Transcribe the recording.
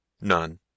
None